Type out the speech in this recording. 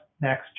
next